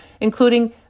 including